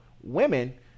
women